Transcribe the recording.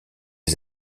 des